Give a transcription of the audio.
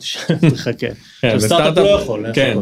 תשב ותחכה. כן.